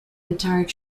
retired